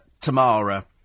Tamara